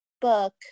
book